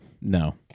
No